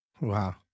Wow